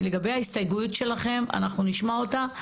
לגבי ההסתייגות שלכם, אנחנו נשמע אותה.